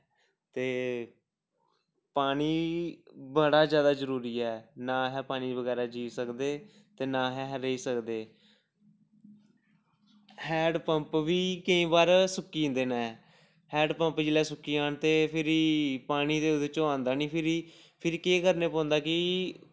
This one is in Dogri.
ते पानी बड़ा जैदा जरूरी ऐ ना अस पानी बगैर जी सकदे ते ना गै अस रेही सकदे हैंडपंप बी केई बार सुक्की जंदे न हैंडपंप जेल्लै सुक्की जान ते फिरी पानी ते ओह्दे चा औंदा निं फिरी फिरी केह् करना पौंदा कि